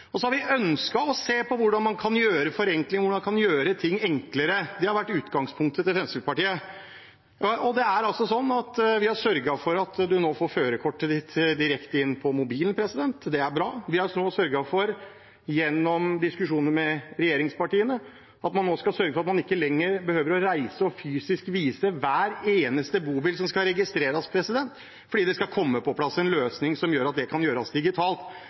har ønsket å se på forenkling, hvordan man kan gjøre ting enklere. Det har vært utgangspunktet til Fremskrittspartiet. Vi har sørget for at man nå får førerkortet sitt direkte inn på mobilen. Det er bra. Vi har gjennom diskusjoner med regjeringspartiene også sørget for at man ikke lenger skal behøve å reise og fysisk vise hver eneste bobil som skal registreres, fordi det skal komme på plass en løsning slik at det kan gjøres digitalt.